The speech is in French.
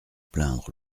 plaindre